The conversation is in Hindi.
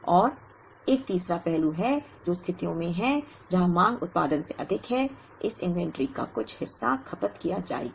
और एक तीसरा पहलू है जो स्थितियों में है जहां मांग उत्पादन से अधिक है इस इन्वेंट्री का कुछ हिस्सा खपत किया जाएगा